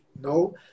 No